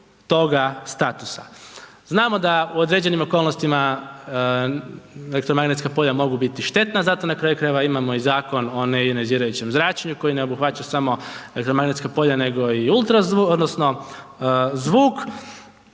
Znamo da u određenim okolnostima elektromagnetska polja mogu biti štetna, zato na kraju krajeva imamo i Zakon o neionizirajućem zračenju koji ne obuhvaća samo dakle elektromagnetska polja nego i ultrazvuk odnosno zvuk